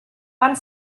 van